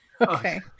Okay